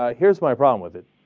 ah here's my problem with it